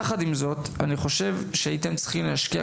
יחד עם זאת אני חושב שהייתם צריכים להשקיע